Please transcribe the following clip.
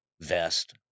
vest